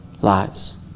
lives